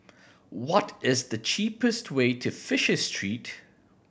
what is the cheapest way to Fisher Street